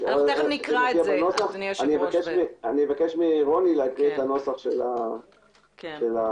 אני אבקש מרוני להקריא את הנוסח של הסעיפים.